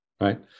right